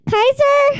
Kaiser